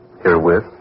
Herewith